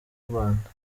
rwanda